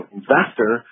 investor